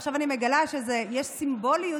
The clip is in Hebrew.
עכשיו אני מגלה שיש סימבוליות,